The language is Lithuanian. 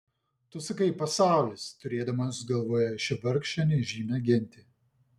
tu sakai pasaulis turėdamas galvoje šią vargšę nežymią gentį